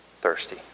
thirsty